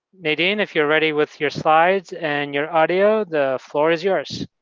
nadine, if you're ready with your slides and your audio, the floor is yours.